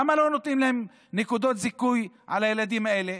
למה לא נותנים להם נקודות זיכוי על הילדים האלה?